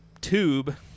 tube